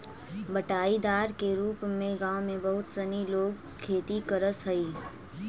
बँटाईदार के रूप में गाँव में बहुत सनी लोग खेती करऽ हइ